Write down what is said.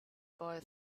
boy